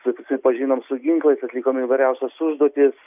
susipažinom su ginklais atlikom įvairiausias užduotis